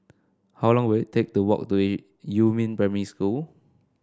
how long will it take to walk to Yumin Primary School